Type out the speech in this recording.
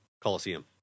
Coliseum